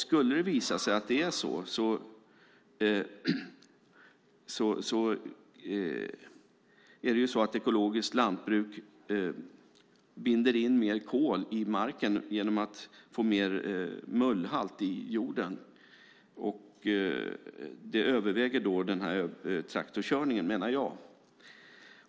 Skulle det visa sig att det är så är det även så att ekologiskt lantbruk binder in mer kol i marken genom en högre mullhalt i jorden. Det uppväger då den här traktorkörningen, menar jag.